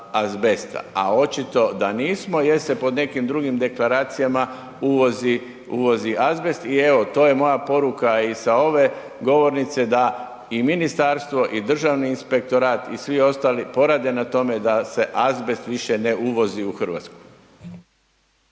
a očito da nismo jer se pod nekim drugim deklaracijama uvozi azbest i evo to je moja poruka i sa ove govornice da i ministarstvo i državni inspektorat i svi ostali porade na tome da se azbest više ne uvozi u RH.